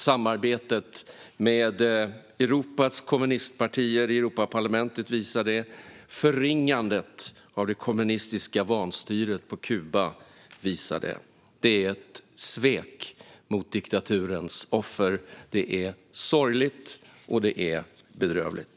Samarbetet med Europas kommunistpartier i Europaparlamentet visar det, och förringandet av det kommunistiska vanstyret på Kuba visar det. Det är ett svek mot diktaturens offer. Det är sorgligt, och det är bedrövligt.